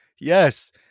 Yes